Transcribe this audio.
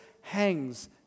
hangs